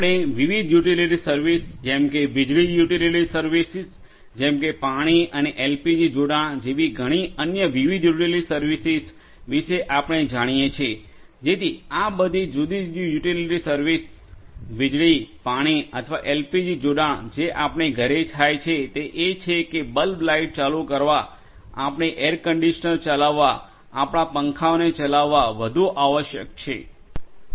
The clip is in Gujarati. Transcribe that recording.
આપણે વિવિધ યુટિલિટી સર્વિસીસ જેમ કે વીજળી યુટિલિટી સર્વિસીસ જેમ કે પાણી અને એલપીજી જોડાણ જેવી ઘણી અન્ય વિવિધ યુટિલિટી સર્વિસીસ વિશે આપણે જાણીએ છીએ જેથી આ બધી જુદી જુદી યુટિલિટી સર્વિસીસ વીજળી પાણી અથવા એલપીજી જોડાણ જે આપણે ઘરે થાય છે તે એ છે કે બલ્બ લાઇટ ચાલુ કરવા આપણા એર કંડિશનર ચલાવવા આપણા પંખાઓને ચલાવવા વધુ આવશ્યક છે